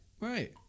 Right